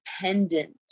dependent